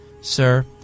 Sir